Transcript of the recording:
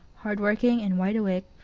hard working, and wide awake,